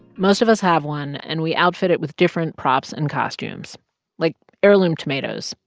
most of us have one. and we outfit it with different props and costumes like heirloom tomatoes,